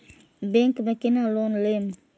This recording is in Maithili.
बैंक में केना लोन लेम?